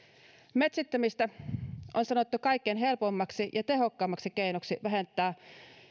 metsittämistä on sanottu kaikkein helpoimmaksi ja tehokkaimmaksi keinoksi vähentää